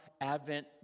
Advent